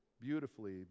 beautifully